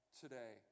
today